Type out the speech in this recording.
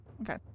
Okay